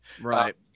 Right